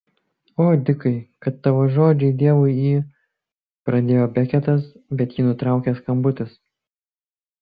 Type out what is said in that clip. o dikai kad tavo žodžiai dievui į pradėjo beketas bet jį nutraukė skambutis